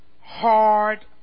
Hard